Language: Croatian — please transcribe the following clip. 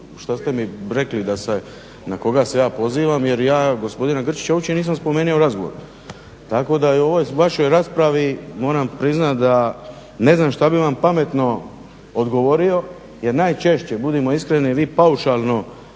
šta ste mi rekli da se na koga se ja pozivam jer ja gospodina Grčića nisam uopće spomenuo u razgovoru, tako da u ovoj vašoj raspravi moram priznat ne znam što bih vam pametno odgovorio jer najčešće budimo iskreni, vi paušalno